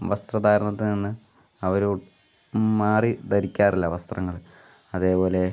വസ്ത്രധാരണത്തിൽ നിന്ന് അവർ മാറി ധരിക്കാറില്ല വസ്ത്രങ്ങൾ അതേപോലെ